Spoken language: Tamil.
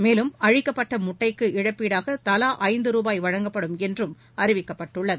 மேலும் அழிக்கப்பட்ட முட்டைக்கு இழப்பீடாக தவா ஐந்து ரூபாய் வழங்கப்படும் என்றும் அறிவிக்கப்பட்டுள்ளது